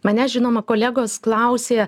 manęs žinoma kolegos klausė